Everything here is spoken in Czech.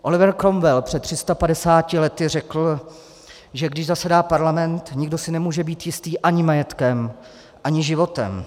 Oliver Cromwell před 350 lety řekl, že když zasedá parlament, nikdo si nemůže být jistý ani majetkem ani životem.